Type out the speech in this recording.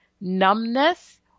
Numbness